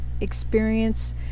experience